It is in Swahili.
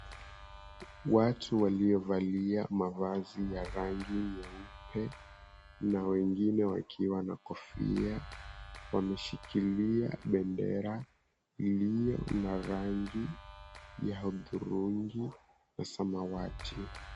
Watu waliovalia mavazi ya rangi nyeupe na wengine wakiwa na kofia wameshikilia bendera iliyo na rangi ya hudhurungi na samawati.